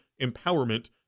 empowerment